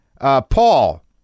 Paul